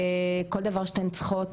כל דבר שאתן צריכות,